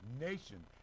nation